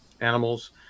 animals